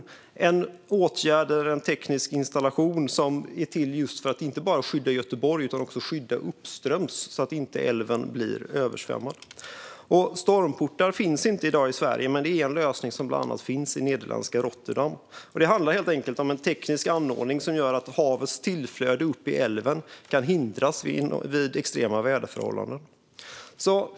Det är en åtgärd eller en teknisk installation som är till inte bara för att skydda Göteborg utan också skydda uppströms så att inte älven blir översvämmad. Stormportar finns inte i dag i Sverige. Men det är en lösning som bland annat finns i nederländska Rotterdam. Det handlar helt enkelt om en teknisk anordning som gör att havets tillflöde upp i älven kan hindras vid extrema väderförhållanden.